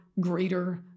greater